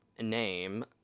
name